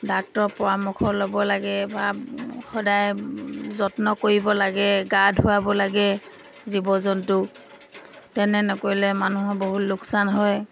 doctor পৰামৰ্শ ল'ব লাগে বা সদায় যত্ন কৰিব লাগে গা ধুৱাব লাগে জীৱ জন্তু তেনে নকৰিলে মানুহৰ বহুত লোকচান হয়